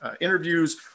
interviews